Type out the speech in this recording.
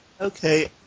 Okay